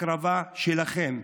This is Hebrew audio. הקרבה שלכם,